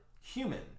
human